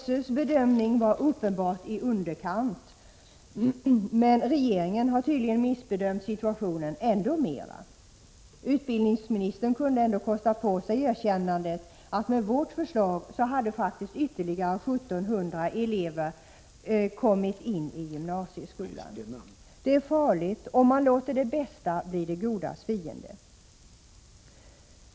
SÖ:s bedömning var uppenbart i underkant, men regeringen har tydligen missbedömt situationen ännu mer. Utbildningsministern kunde ändå kosta på sig erkännandet att med vårt förslag hade faktiskt ytterligare 1 700 elever kommit in i gymnasieskolan. Det är farligt att låta det bästa bli det godas fiende.